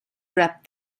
rapped